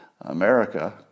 America